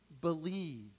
believe